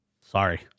Sorry